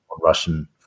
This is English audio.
Russian